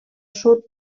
sud